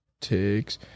takes